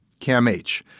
CAMH